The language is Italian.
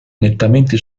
nettamente